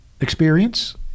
experience